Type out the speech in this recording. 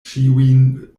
ĉiujn